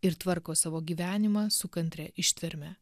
ir tvarko savo gyvenimą su kantria ištverme